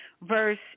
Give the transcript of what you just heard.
verse